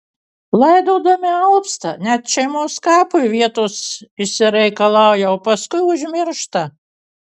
laidodami alpsta net šeimos kapui vietos išsireikalauja o paskui užmiršta